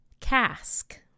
cask